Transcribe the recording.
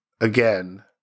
again